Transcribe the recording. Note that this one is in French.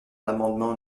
l’amendement